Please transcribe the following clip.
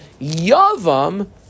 yavam